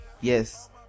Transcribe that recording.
yes